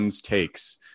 takes